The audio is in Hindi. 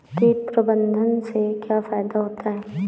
कीट प्रबंधन से क्या फायदा होता है?